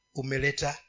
umeleta